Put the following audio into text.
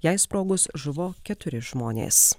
jai sprogus žuvo keturi žmonės